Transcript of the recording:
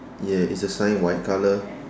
ya it's a sign white colour